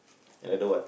another what